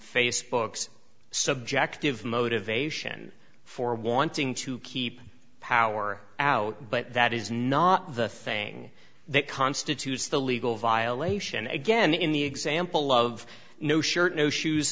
facebook's subjective motivation for wanting to keep power out but that is not the thing that constitutes the legal violation again in the example of no shirt no shoes